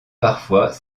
parfois